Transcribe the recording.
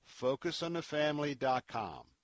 FocusOnTheFamily.com